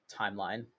timeline